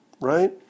right